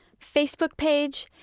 facebook page,